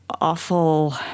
awful